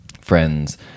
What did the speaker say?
friends